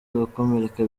agakomereka